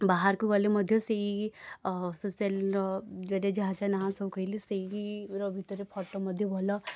ବାହାରକୁ ଗଲେ ମଧ୍ୟ ସେଇ ଅ ସୋସିଆଲର ଯାହାଯାହା ନାଁ କହିଲି ସେହିଗୁରା ଭିତରେ ଫଟୋ ମଧ୍ୟ ଭଲ